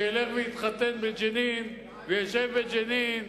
שילך ויתחתן בג'נין וישב בג'נין,